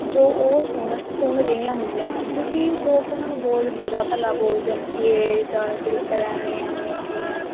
ਜੋ ਉਹ ਸੁਣ ਸੁਣ ਰਹੀਆਂ ਹੁੰਦੀਆਂ ਹਨ ਕਿਉਂਕਿ ਲੋਕ ਉਹਨਾਂ ਨੂੰ ਬਹੁਤ ਬੁਰਾ ਭਲਾ ਬੋਲਦੇ ਹਨ ਕੀ ਇਹ ਇੱਦਾਂ ਚਰਿੱਤਰ ਐਵੇਂ ਐਵੇਂ ਐ